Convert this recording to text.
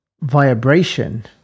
vibration